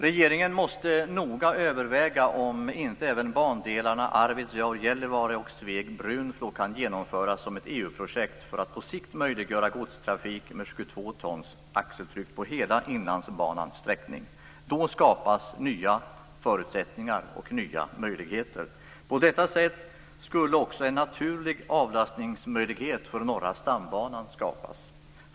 Regeringen måste noga överväga om inte även bandelarna Arvidsjaur-Gällivare och Sveg-Brunflo kan genomföras som ett EU-projekt för att på sikt möjliggöra godstrafik med 22 tons axeltryck på hela Inlandsbanans sträckning. Då skapas nya förutsättningar och nya möjligheter. På detta sätt skulle också en naturlig avlastningsmöjlighet för Norra stambanan skapas.